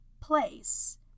place